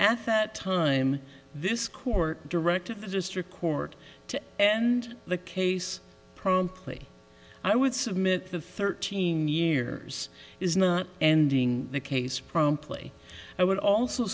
that time this court directed the district court to and the case promptly i would submit the thirteen years is not ending the case promptly i would also